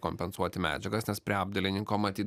kompensuoti medžiagas nes prie apdailininko matyt